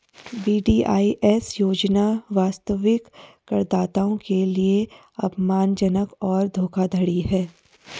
VDIS योजना वास्तविक करदाताओं के लिए अपमानजनक और धोखाधड़ी है